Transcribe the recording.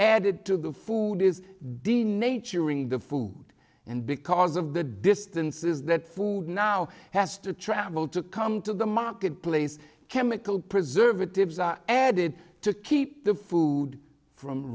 added to the food is d nature in the food and because of the distances that food now has to travel to come to the market place chemical preservatives are added to keep the food from